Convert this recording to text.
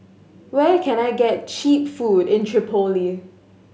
where can I get cheap food in Tripoli